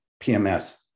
pms